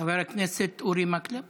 חבר הכנסת אורי מקלב